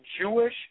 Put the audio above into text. Jewish